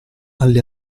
alle